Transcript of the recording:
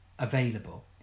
available